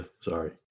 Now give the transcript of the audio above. Sorry